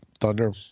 Thunder